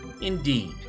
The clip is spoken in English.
Indeed